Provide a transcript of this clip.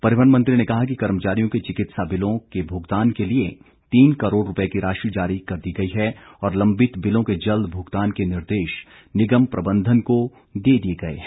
परिवहन मंत्री ने कहा कि कर्मचारियों के चिकित्सा बिलों के भूगतान के लिए तीन करोड़ रुपए की राशि जारी कर दी गई है और लंबित बिलों के जल्द भुगतान के निर्देश निगम प्रबंधन को दे दिए गए हैं